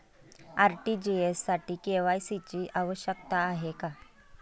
RTGS साठी KYC ची आवश्यकता आहे का?